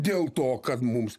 dėl to kad mums